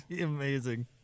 amazing